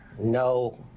no